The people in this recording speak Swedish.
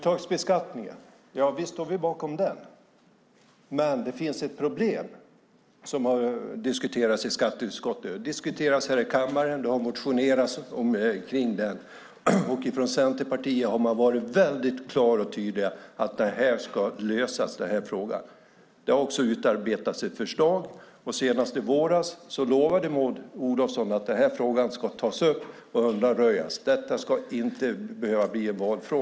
Visst står vi bakom uttagsbeskattningen, men det finns ett problem som har diskuterats i skatteutskottet. Det har diskuterats här i kammaren och det har motionerats om det. I Centerpartiet har man varit tydlig med att frågan ska lösas. Det har utarbetats ett förslag. Senast i våras lovade Maud Olofsson att frågan ska tas upp och undanröjas och att det inte skulle behöva bli en valfråga.